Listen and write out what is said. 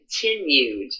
continued